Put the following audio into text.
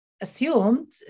assumed